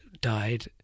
died